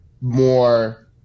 more